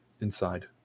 inside